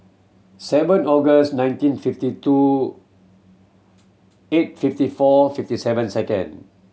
seven August nineteen fifty two eight fifty four fifty seven second